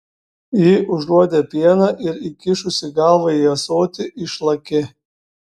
ji užuodė pieną ir įkišusi galvą į ąsotį išlakė